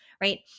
Right